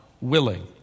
willing